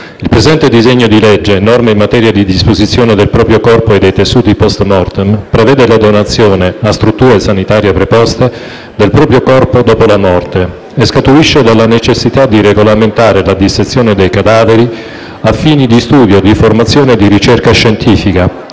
il presente disegno di legge, recante norme in materia di disposizione del proprio corpo e dei tessuti *post mortem*, prevede la donazione, a strutture sanitarie preposte, del proprio corpo dopo la morte e scaturisce dalla necessità di regolamentare la dissezione dei cadaveri a fini di studio, di formazione e di ricerca scientifica,